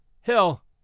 hell